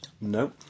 No